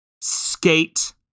skate